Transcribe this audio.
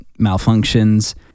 malfunctions